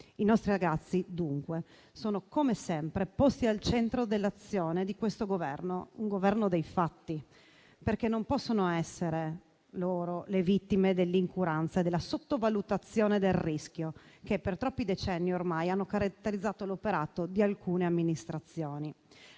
I nostri ragazzi, dunque, sono come sempre posti al centro dell'azione di questo Governo, un Governo dei fatti: non possono essere loro le vittime dell'incuranza e della sottovalutazione del rischio che, per troppi decenni, ormai hanno caratterizzato l'operato di alcune amministrazioni,